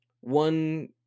one